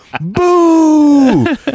Boo